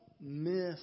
miss